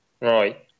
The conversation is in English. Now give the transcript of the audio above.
Right